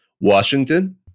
Washington